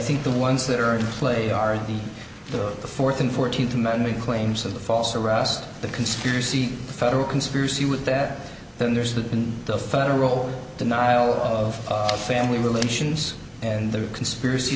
think the ones that are in play are the the the fourth and fourteenth amendment claims of the false arrest the conspiracy the federal conspiracy with that then there's the the federal denial of family relations and the conspiracy